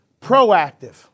proactive